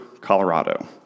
Colorado